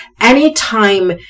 Anytime